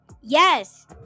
Yes